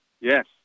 Yes